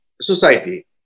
society